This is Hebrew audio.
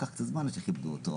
לקח קצת זמן עד שכיבדו אותו.